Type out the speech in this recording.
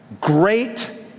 great